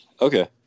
Okay